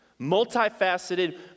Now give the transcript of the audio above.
multifaceted